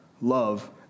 Love